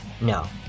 No